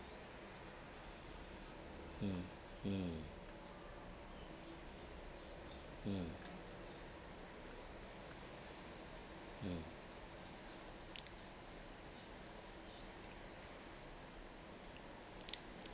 mm mm mm mm